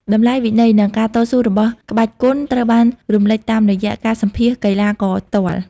តម្លៃវិន័យ និង ការតស៊ូ របស់ក្បាច់គុនត្រូវបានរំលេចតាមរយៈការសម្ភាសន៍កីឡាករផ្ទាល់។